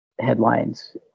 headlines